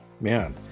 man